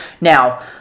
Now